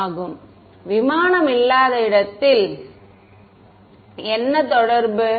plane இல்லாத இடத்தில் என்ன தொடர்பு